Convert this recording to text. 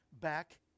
back